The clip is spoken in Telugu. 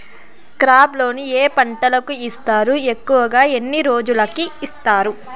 క్రాప్ లోను ఏ పంటలకు ఇస్తారు ఎక్కువగా ఎన్ని రోజులకి ఇస్తారు